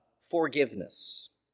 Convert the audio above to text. forgiveness